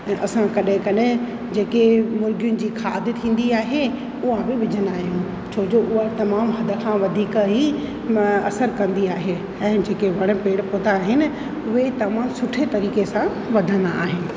ऐं असां कॾहिं कॾहिं जेके मुर्गियुनि जी खाद थींदी आहे उहा बि विझंदा आहियूं छो जो उहा तमामु हद खां वधीक ई म असरु कंदी आहे ऐं जेके वण पेड़ पौधा आहिनि उहे तमामु सुठे तरीक़े सां वधंदा आहिनि